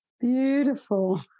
beautiful